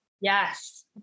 Yes